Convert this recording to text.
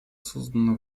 создана